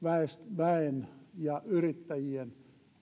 väen ja yrittäjien